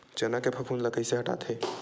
चना के फफूंद ल कइसे हटाथे?